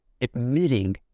admitting